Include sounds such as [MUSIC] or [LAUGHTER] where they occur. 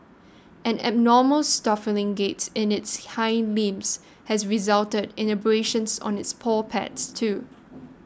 an abnormal [UNINTELLIGIBLE] gaits in its hide [UNINTELLIGIBLE] has resulted in abrasions on its paw pads too